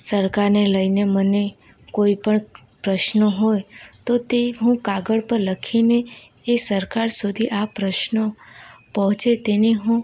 સરકારને લઈને મને કોઈપણ પ્રશ્નો હોય તો તે હું કાગળ પર લખીને એ સરકાર સુધી આ પ્રશ્નો પહોંચે તેની હું